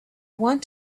want